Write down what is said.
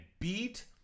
beat